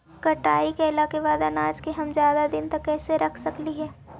कटाई कैला के बाद अनाज के हम ज्यादा दिन तक कैसे रख सकली हे?